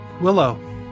Willow